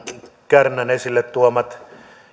kärnän esille